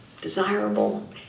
desirable